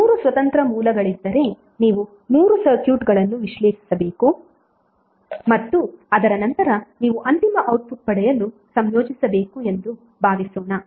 3 ಸ್ವತಂತ್ರ ಮೂಲಗಳಿದ್ದರೆ ನೀವು 3 ಸರ್ಕ್ಯೂಟ್ಗಳನ್ನು ವಿಶ್ಲೇಷಿಸಬೇಕು ಮತ್ತು ಅದರ ನಂತರ ನೀವು ಅಂತಿಮ ಔಟ್ಪುಟ್ ಪಡೆಯಲು ಸಂಯೋಜಿಸಬೇಕು ಎಂದು ಭಾವಿಸೋಣ